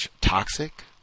toxic